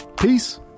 Peace